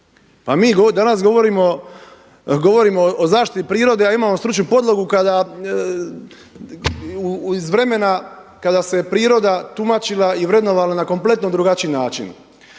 mi danas govorimo o zaštiti prirode a imamo stručnu podlogu kada iz vremena kada se priroda tumačila i vrednovala na kompletno drugačiji način.